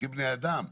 - כבני אדם.